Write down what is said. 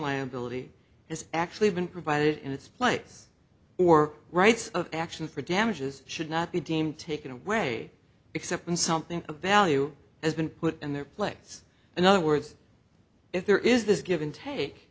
liability is actually been provided in its place or rights of action for damages should not be deemed taken away except when something of value has been put on their plates in other words if there is this give and take